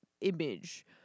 image